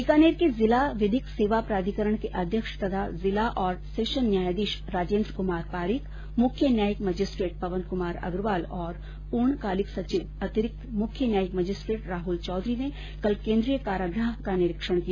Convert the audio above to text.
बीकानेर के जिला विधिक सेवा प्राधिकरण के अध्यक्ष तथा जिला और सेशन न्यायाधीश राजेन्द्र कुमार पारीक मुख्य न्यायिक मजिस्ट्रेट पवन कुमार अग्रवाल और पूर्णकालिक सचिव अतिरिक्त मुख्य न्यायिक मजिस्ट्रेट राहुल चौधरी ने कल केन्द्रीय कारागृह का निरीक्षण किया